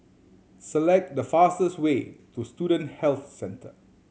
select the fastest way to Student Health Centre